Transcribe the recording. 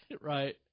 Right